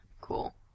cool